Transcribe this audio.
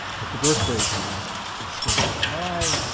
but the birthrate is still very high,